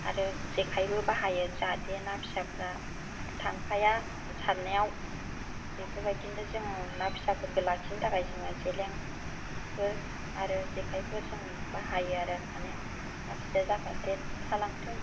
आरो जेखायबो बाहायो जाहाथे ना फिसाफ्रा थांफाया सारनायाव बेफोरबायदिनो जोङो ना फिसाफोरखौ लाखिनो थाखाय जोङो जेलेंफोर आरो जेखायफोर जों बाहायो आरो माने ना फिसाया जाहाथे थालांथों